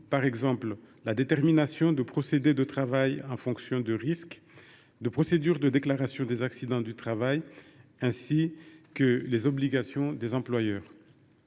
comme la détermination de procédés de travail en fonction des risques et la procédure de déclaration des accidents du travail. Elle indique aussi les obligations des employeurs.